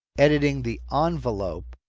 editing the um envelope